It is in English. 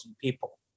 people